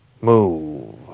move